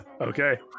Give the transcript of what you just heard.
Okay